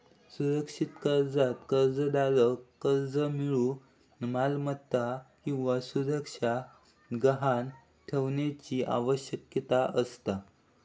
सुरक्षित कर्जात कर्जदाराक कर्ज मिळूक मालमत्ता किंवा सुरक्षा गहाण ठेवण्याची आवश्यकता असता